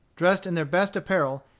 dressed in their best apparel,